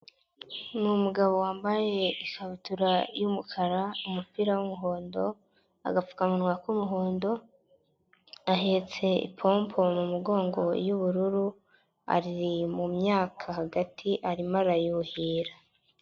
Ni umugabo wambaye ikabutura y'umukara, umupira w'umuhondo, agapfukamunwa k'umuhondo, ahetse ipompo mu mugongo y'ubururu, ari mu myaka hagati arimo arayuhira.